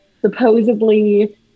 supposedly